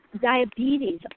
diabetes